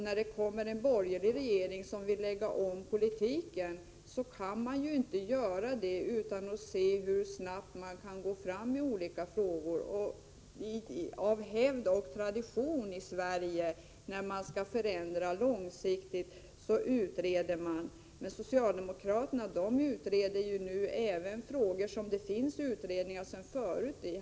När det så kom en borgerlig regering som ville lägga om politiken, kunde den inte göra det utan att se hur snabbt man kunde gå fram i olika frågor. Och när man skall förändra långsiktigt är det hävd och tradition i Sverige att man utreder. Men socialdemokraterna utreder nu även frågor som det finns utredningar om sedan förut.